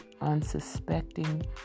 unsuspecting